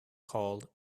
called